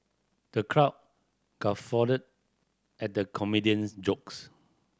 the crowd guffawed at the comedian's jokes